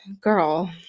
girl